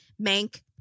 Mank